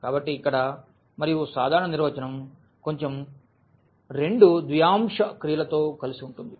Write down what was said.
కాబట్టి ఇక్కడ మరియు సాధారణ నిర్వచనం కొంచెం రెండు ద్వియాంశ క్రియలతో కలసి ఉంటుంది